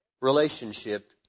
relationship